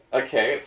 okay